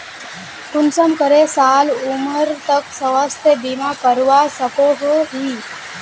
कुंसम करे साल उमर तक स्वास्थ्य बीमा करवा सकोहो ही?